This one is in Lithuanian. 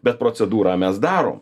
bet procedūra mes darom